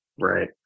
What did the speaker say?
Right